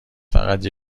فقط